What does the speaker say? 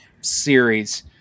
series